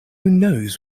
knows